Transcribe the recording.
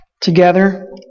together